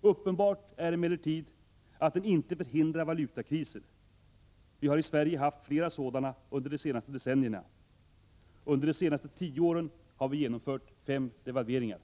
Uppenbart är emellertid att den inte förhindrar valutakriser — vi har i Sverige haft flera sådana under de senare decennierna. Under de senaste tio åren har vi också genomfört fem devalveringar.